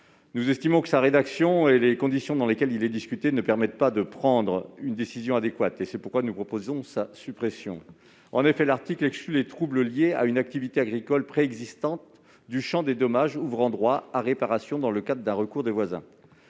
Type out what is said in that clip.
nous estimons que la rédaction retenue et les conditions dans lesquelles est discutée cette disposition ne permettent pas de prendre une décision adéquate. C'est pourquoi nous proposons sa suppression. En effet, l'article exclut les troubles liés à une activité agricole préexistante du champ des dommages ouvrant droit à réparation dans le cadre d'un recours des voisins.